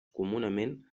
comunament